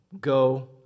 go